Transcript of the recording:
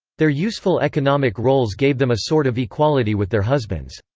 their useful economic roles gave them a sort of equality with their husbands.